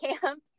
camp